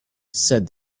said